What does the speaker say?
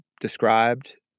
described